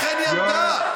לכן היא עמדה.